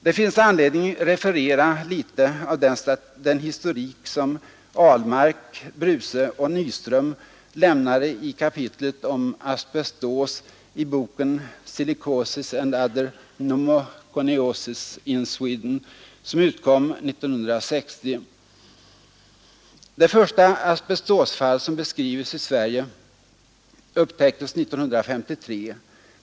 Det finns anledning referera litet av den historik och Nyström lämnade i kapitlet om asbestos i boken Silicosis and other pneumoconioses in Sweden, som utkom 1960. Det första asbestosfall som beskrivits i Sverige upptäcktes 1953.